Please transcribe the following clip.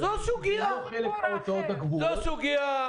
זו סוגיה.